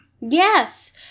Yes